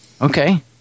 Okay